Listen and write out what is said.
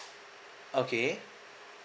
okay